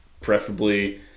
preferably